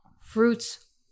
fruits